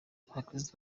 abakristu